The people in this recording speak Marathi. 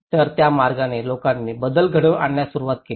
तर त्या मार्गाने लोकांनी बदल घडवून आणण्यास सुरवात केली